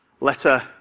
letter